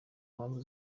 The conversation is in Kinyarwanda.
mpamvu